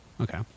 Okay